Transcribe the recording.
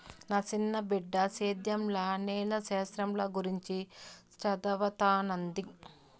నా సిన్న బిడ్డ సేద్యంల నేల శాస్త్రంల గురించి చదవతన్నాది